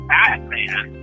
Batman